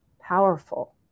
powerful